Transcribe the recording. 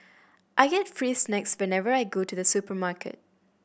I get free snacks whenever I go to the supermarket